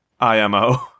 IMO